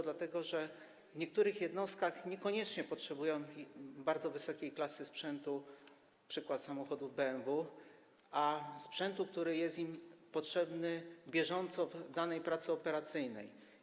Dlatego że w niektórych jednostkach niekoniecznie potrzebują bardzo wysokiej klasy sprzętu, np. samochodu BMW, a sprzętu, który jest im potrzebny na bieżąco w danej pracy operacyjnej.